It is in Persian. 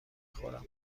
خورم